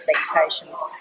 expectations